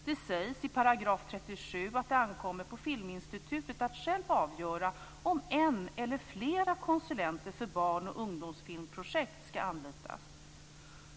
Det sägs i 37 § att det ankommer på Filminstitutet att själv avgöra om en eller flera konsulenter för barn och ungdomsfilmprojekt ska anlitas.